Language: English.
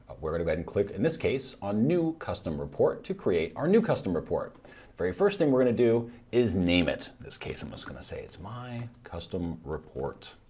we're going to but and click. in this case on new custom report to create our new custom report very first thing we're going to do is name it. this case um is going to say it's my custom report.